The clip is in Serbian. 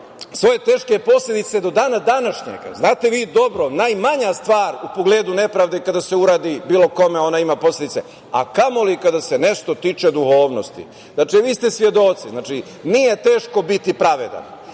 svoje teške posledice do dana današnjeg. Znate vi dobro, najmanja stvar u pogledu nepravde kada se uradi bilo kome ona ima posledice, a kamoli kada se nešto tiče duhovnosti. Vi ste svedoci, nije teško biti pravedan.